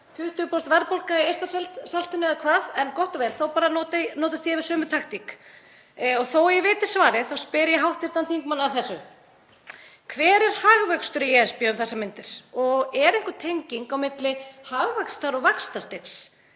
20% verðbólga í Eystrasaltinu, eða hvað? En gott og vel, þá bara á móti notast ég við sömu taktík og þó að ég viti svarið þá spyr ég hv. þingmann að þessu: Hver er hagvöxtur í ESB um þessar mundir? Er einhver tenging á milli hagvaxtar og vaxtastigs?